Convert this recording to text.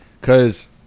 cause